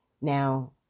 Now